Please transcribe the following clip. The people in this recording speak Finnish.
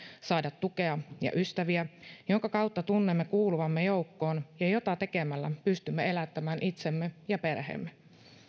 saada tukea ja ystäviä jonka kautta tunnemme kuuluvamme joukkoon ja jota tekemällä me pystymme elättämään itsemme ja perheemme